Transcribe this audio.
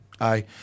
aye